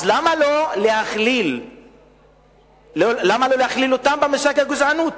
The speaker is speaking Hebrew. למה לא לכלול אותם במושג גזענות?